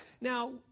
Now